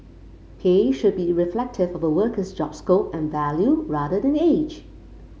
pay should be reflective of a worker's job scope and value rather than age